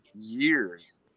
years